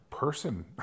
person